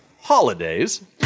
holidays